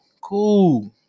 Cool